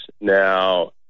Now